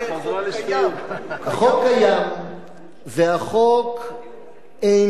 החוק קיים והחוק איננו חוק-יסוד,